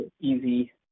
easy